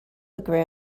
agree